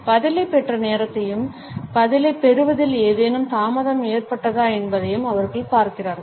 பதிலைப் பெற்ற நேரத்தையும் பதிலைப் பெறுவதில் ஏதேனும் தாமதம் ஏற்பட்டதா என்பதையும் அவர்கள் பார்க்கிறார்கள்